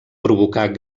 provocar